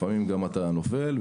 לפעמים אתה נופל,